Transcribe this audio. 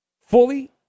Fully